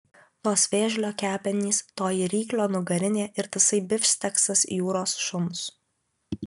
tos vėžlio kepenys toji ryklio nugarinė ir tasai bifšteksas jūros šuns